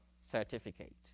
certificate